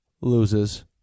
Loses